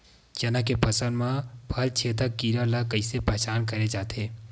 चना के फसल म फल छेदक कीरा ल कइसे पहचान करे जाथे?